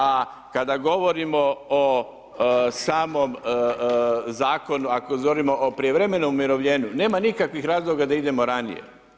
A kada govorimo o samom zakonu ako govorimo o prijevremenom umirovljenju, nema nikakvih razloga da idemo ranije.